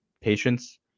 patience